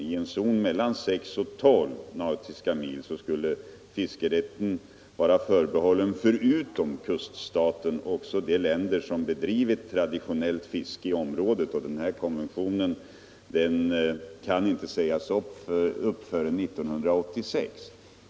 I en zon mellan 6 och 12 nautiska mil skall fiskerätten vara förbehållen, förutom kuststaten, också de länder som bedrivit traditionellt fiske i området. Denna konvention kan inte sägas upp förrän 1986.